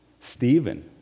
Stephen